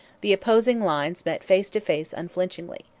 the opposing lines met face to face unflinchingly.